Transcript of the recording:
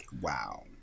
Wow